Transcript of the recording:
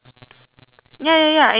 ya ya ya I know I know I know